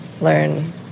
learn